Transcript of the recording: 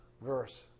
verse